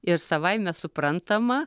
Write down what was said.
ir savaime suprantama